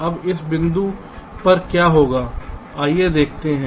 अब इस बिंदु पर क्या होता है आइए देखते हैं